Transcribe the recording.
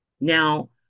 Now